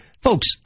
folks